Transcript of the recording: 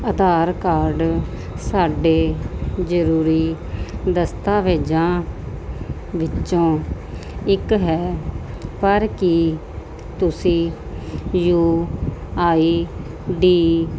ਆਧਾਰ card ਸਾਡੇ ਜ਼ਰੂਰੀ ਦਸਤਾਵੇਜ਼ਾਂ ਵਿੱਚੋਂ ਇੱਕ ਹੈ ਪਰ ਕੀ ਤੁਸੀਂ ਯੂ ਆਈ ਡੀ